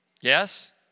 Yes